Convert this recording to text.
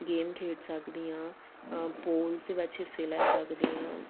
game ਖੇਡ ਸਕਦੀ ਹਾਂ ਪੋਲਸ ਦੇ ਵਿੱਚ ਹਿੱਸੇ ਲੈ ਸਕਦੀ ਹਾਂ